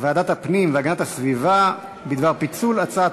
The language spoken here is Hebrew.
ועדת הפנים והגנת הסביבה בדבר פיצול הצעת